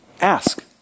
Ask